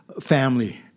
family